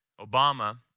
Obama